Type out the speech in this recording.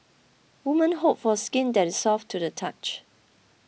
women hope for skin that is soft to the touch